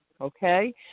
okay